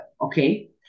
okay